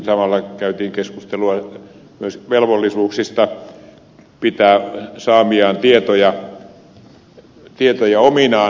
samalla käytiin keskustelua myös velvollisuuksista pitää saamiaan tietoja ominaan